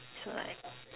so like